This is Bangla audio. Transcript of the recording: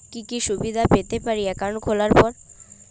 কি কি সুবিধে পেতে পারি একাউন্ট খোলার পর?